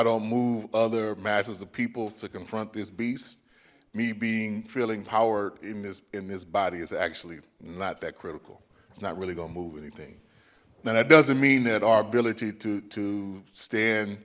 don't move other masses of people to confront this beast me being feeling power in this in this body it's actually not that critical it's not really gonna move anything now that doesn't mean that our ability to stand